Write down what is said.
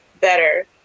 better